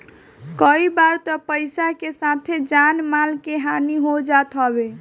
कई बार तअ पईसा के साथे जान माल के हानि हो जात हवे